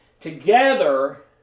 together